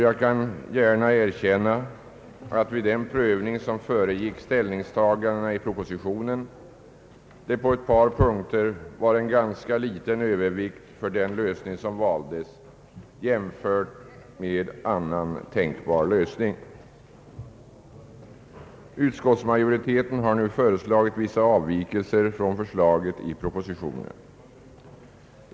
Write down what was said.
Jag kan gärna medge att vid den prövning som föregick ställningstagandena i propositionen det på ett par punkter var en ganska liten övervikt för den lösning som valdes jämfört med annan tänkbar lösning. Utskottsmajoriteten har nu föreslagit vissa avvikelser från förslaget i propositionen.